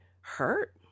hurt